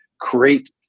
create